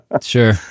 Sure